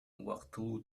убактылуу